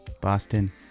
Boston